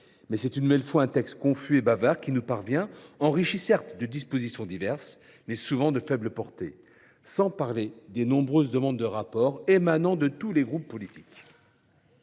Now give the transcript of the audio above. claires. Or, une nouvelle fois, c’est un texte confus et bavard qui nous parvient, certes enrichi de dispositions diverses, mais souvent de faible portée, sans parler des nombreuses demandes de rapport émanant de l’ensemble des groupes politiques.